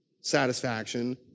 satisfaction